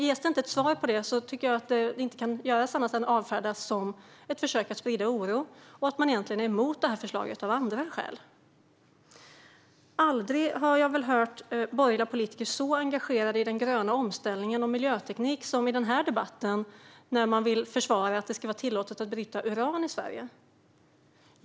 Ges det inte ett svar på det tycker jag att man inte kan göra annat än att avfärda detta som ett försök att sprida oro och konstatera att de egentligen är emot det här förslaget av andra skäl. Aldrig har jag väl hört borgerliga politiker så engagerade i den gröna omställningen och i miljöteknik som i den här debatten, när de vill försvara att det ska vara tillåtet att bryta uran i Sverige.